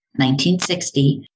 1960